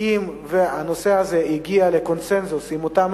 אם הנושא הזה הגיע לקונסנזוס עם אותם